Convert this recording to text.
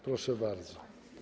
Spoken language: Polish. Proszę bardzo.